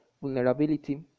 vulnerability